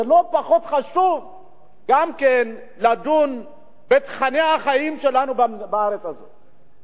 לא פחות חשוב גם לדון בתוכני החיים שלנו בארץ הזאת,